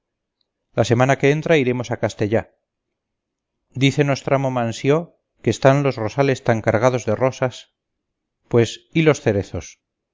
la semana que entra iremos a castell dice nostramo mansió que están los rosales tan cargados de rosas pues y los cerezos